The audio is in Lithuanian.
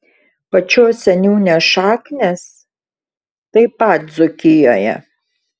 pačios seniūnės šaknys taip pat dzūkijoje